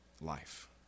life